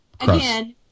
Again